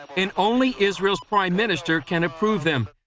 and only israel's prime minister can approve them.